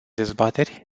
dezbateri